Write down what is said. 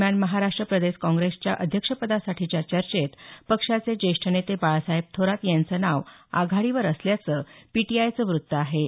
दरम्यान महाराष्ट्र प्रदेश काँग्रेसच्या अध्यक्षपदासाठीच्या चर्चेत पक्षाचे ज्येष्ठ नेते बाळासाहेब थोरात यांचं नाव आघाडीवर असल्याचं पीटीआयचं वृत्त आहे